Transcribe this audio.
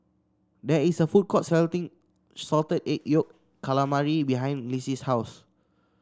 there is a food court selling Salted Egg Yolk Calamari behind Lissie's house